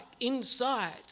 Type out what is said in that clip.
inside